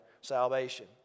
Salvation